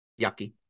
Yucky